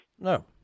No